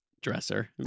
dresser